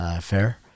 Fair